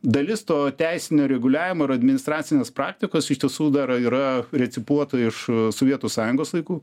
dalis to teisinio reguliavimo ir administracinės praktikos iš tiesų dar yra recipuota iš sovietų sąjungos laikų